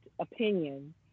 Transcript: opinion